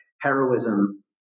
heroism